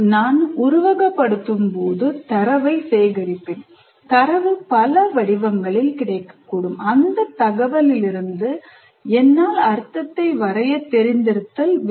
நான் உருவகப்படுத்தும்போது தரவை சேகரிப்பேன் தரவு பல வடிவங்களில் கிடைக்கக்கூடும் அந்தத் தகவலிலிருந்து என்னால் அர்த்தத்தை வரைய தெரிந்திருத்தல் வேண்டும்